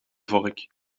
vork